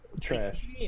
trash